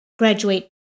graduate